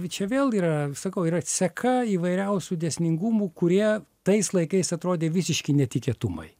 čia vėl yra sakau yra seka įvairiausių dėsningumų kurie tais laikais atrodė visiški netikėtumai